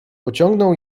pociągnął